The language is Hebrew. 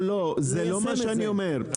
לא זה לא מה שאני אומר,